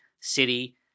city